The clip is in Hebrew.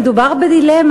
מדובר בדילמה,